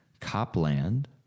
Copland